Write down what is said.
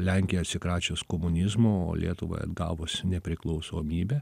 lenkijai atsikračius komunizmo o lietuvai atgavus nepriklausomybę